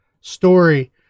story